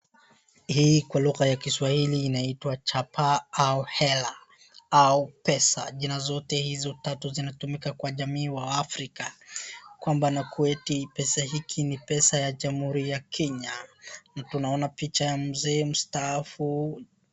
Hii kwa lugha ya kiswahili inaitwa chapa au hela au pesa. Jina zote hizo tatu zinatumika kwa jamii ya waafrika. Kwamba na kuwa eti pesa hiki ni pesa ya Jamuhuri ya Kenya na tunaona picha ya mzee mstaafu.